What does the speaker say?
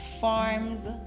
farms